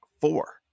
four